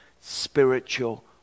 spiritual